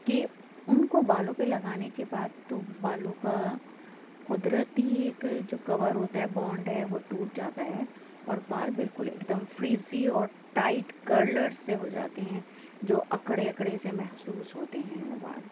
کہ ان کو بالوں پہ لگانے کے بعد تو بالوں کا قدرتی اک جو کور ہوتا ہے بونڈ ہے وہ ٹوٹ جاتا ہے اور بال بالکل ایکدم فریزی اور ٹائٹ کرلر سے ہو جاتے ہیں جو اکڑے اکڑے سے محسوس ہوتے ہیں وہ بال